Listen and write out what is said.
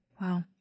Wow